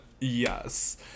yes